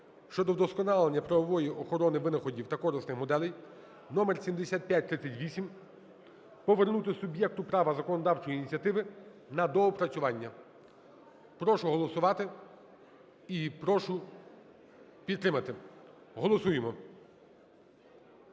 щодо вдосконалення правової охорони винаходів на корисних моделей (№7538) повернути суб'єкту права законодавчої ініціативи на доопрацювання. Прошу голосувати і прошу підтримати. Голосуємо.